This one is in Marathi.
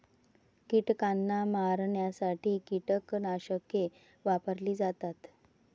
कीटकांना मारण्यासाठी कीटकनाशके वापरली जातात